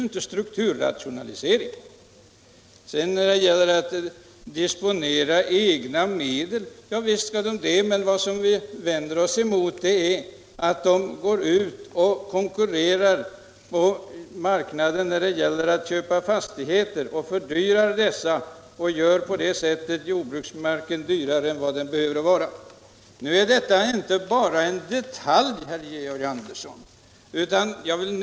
Visst skall kyrkan få disponera sina egna medel. Vad vi vänder oss emot är att man konkurrerar på marknaden genom att köpa fastigheter och på det sättet driver upp priserna så att jordbruksmarken blir dyrare än den borde vara. Detta är inte bara en detalj, herr Andersson.